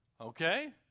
Okay